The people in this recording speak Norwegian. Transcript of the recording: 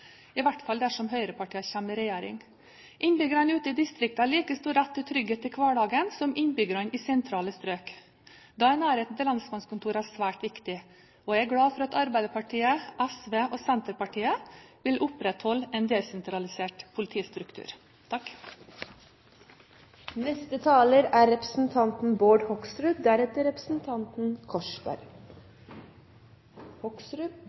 i hvert fall dersom høyrepartiene kommer i regjering. Innbyggerne ute i distriktene har like stor rett til trygghet i hverdagen som innbyggerne i sentrale strøk. Da er nærheten til lensmannskontorene svært viktig. Jeg er glad for at Arbeiderpartiet, SV og Senterpartiet vil opprettholde en desentralisert politistruktur.